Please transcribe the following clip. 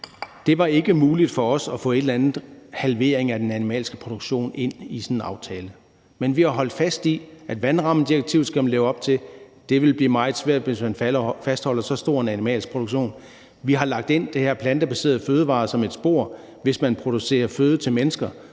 det ikke muligt for os at få en eller anden halvering af den animalske produktion ind i sådan en aftale. Men vi har holdt fast i, at vandrammedirektivet skal man leve op til. Det vil blive meget svært, hvis man fastholder så stor en animalsk produktion. Vi har lagt det her med plantebaserede fødevarer ind som et spor. Hvis man producerer føde til mennesker,